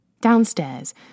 Downstairs